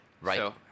Right